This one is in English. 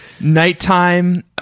Nighttime